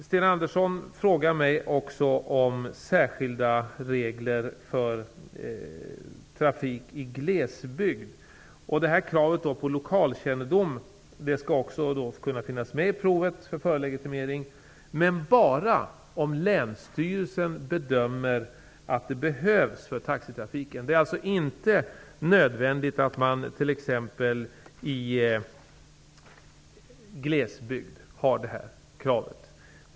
Sten Andersson frågar mig också om särskilda regler för trafik i glesbygd. Kravet på lokalkännedom skall kunna finnas med i provet för förarlegitimering, men bara om länsstyrelsen bedömer att det behövs för taxitrafiken. Det är inte nödvändigt att man tillämpar detta krav i glesbygd.